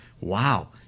wow